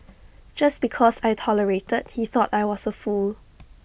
just because I tolerated he thought I was A fool